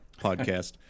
podcast